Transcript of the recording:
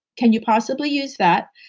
can you possibly use that.